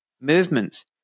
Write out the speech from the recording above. movements